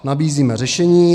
Nabízíme řešení.